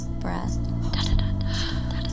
breath